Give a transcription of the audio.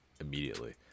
immediately